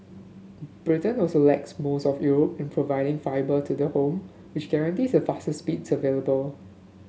Britain also lags most of Europe in providing fibre to the home which guarantees the fastest speeds available